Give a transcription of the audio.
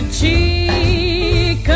cheek